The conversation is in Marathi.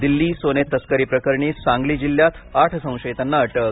दिल्ली सोने तस्करी प्रकरणी सांगली जिल्ह्यात आठ संशयिताना अटक